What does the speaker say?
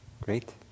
Great